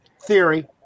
theory